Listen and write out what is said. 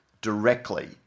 directly